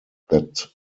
that